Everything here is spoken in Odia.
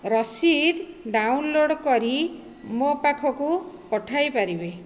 ରସିଦ୍ ଡାଉନଲୋଡ଼ କରି ମୋ ପାଖକୁ ପଠାଇପାରିବେ